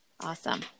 Awesome